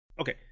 okay